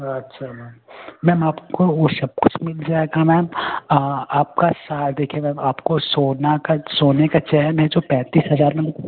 अच्छा ma'am ma'am आपको वो सबकुछ मिल जाएगा मैम आपका शार देखिए मैम आपको सोना का सोने का चैन वो पैतीस हजार में